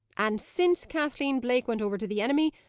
and since kathleen blake went over to the enemy,